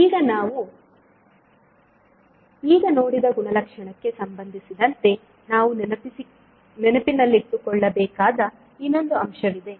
ಈಗ ನಾವು ಈಗ ನೋಡಿದ ಗುಣಲಕ್ಷಣಕ್ಕೆ ಸಂಬಂಧಿಸಿದಂತೆ ನಾವು ನೆನಪಿನಲ್ಲಿಟ್ಟುಕೊಳ್ಳಬೇಕಾದ ಇನ್ನೊಂದು ಅಂಶವಿದೆ